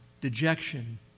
dejection